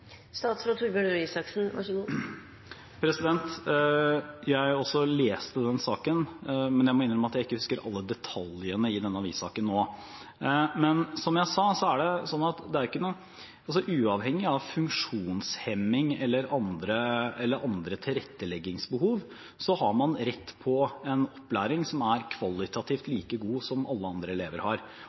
Jeg leste også den saken, men jeg må innrømme at jeg ikke husker alle detaljene i den avissaken nå. Men som jeg sa, så har man, uavhengig av funksjonshemning eller andre tilretteleggingsbehov, rett på en opplæring som er kvalitativt like god som den alle andre elever har.